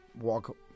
walk